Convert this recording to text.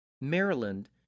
Maryland